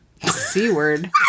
C-word